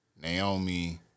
Naomi